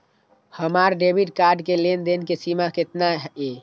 हमार debit card के लेन देन के सीमा केतना ये?